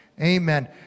Amen